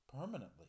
permanently